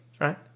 right